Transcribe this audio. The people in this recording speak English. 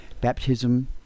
Baptism